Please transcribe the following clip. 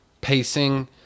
pacing